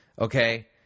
Okay